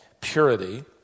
purity